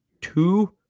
two